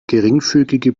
geringfügige